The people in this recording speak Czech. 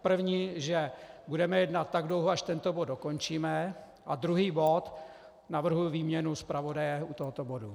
První, že budeme jednat tak dlouho, až tento bod dokončíme, a druhý bod navrhuji výměnu zpravodaje u tohoto bodu.